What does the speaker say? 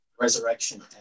Resurrection